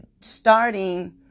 starting